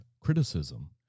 criticism